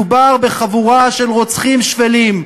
מדובר בחבורה של רוצחים שפלים,